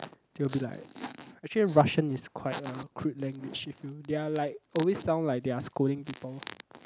they will be like actually Russian is quite a crude language if you they are like always sound like they are scolding people